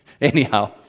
Anyhow